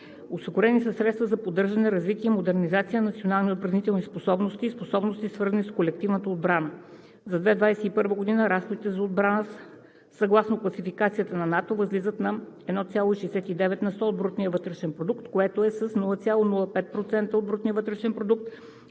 Осигурени са средства за поддържане и развитие и модернизация на националните отбранителни способности и способностите, свързани с колективната отбрана. За 2021 г. разходите за отбрана, съгласно класификацията на НАТО, възлизат на 1,69 на сто от брутния вътрешен продукт, което е с 0,05% от брутния вътрешен продукт